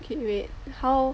okay wait how